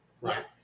right